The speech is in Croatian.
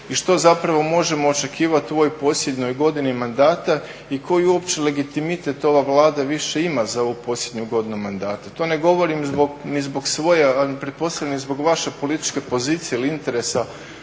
i što zapravo možemo očekivati u ovoj posljednjoj godini mandata i koji uopće legitimitet ova Vlada više ima za ovu posljednju godinu mandata. To ne govorim zbog, ni zbog svoje, a pretpostavljam ni zbog vaše političke pozicije ili interesa